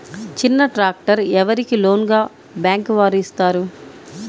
చిన్న ట్రాక్టర్ ఎవరికి లోన్గా బ్యాంక్ వారు ఇస్తారు?